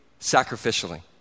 sacrificially